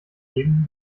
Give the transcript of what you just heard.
geben